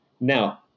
Now